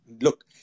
look